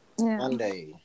Monday